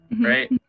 Right